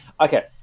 Okay